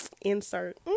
insert